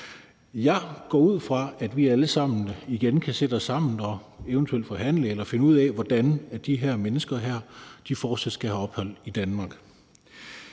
Jeg går ud fra, at vi alle sammen igen kan sætte os sammen og eventuelt forhandle eller finde ud af, hvordan de her mennesker fortsat skal have ophold i Danmark.